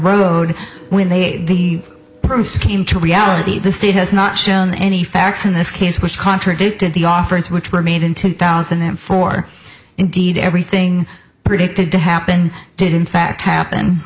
road when the proofs came to reality the state has not shown any facts in this case which contradicted the offer which were made in two thousand and four indeed everything predicted to happen did in fact happen